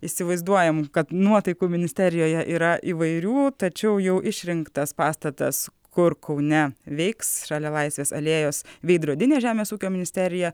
įsivaizduojam kad nuotaikų ministerijoje yra įvairių tačiau jau išrinktas pastatas kur kaune veiks šalia laisvės alėjos veidrodinė žemės ūkio ministerija